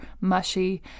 mushy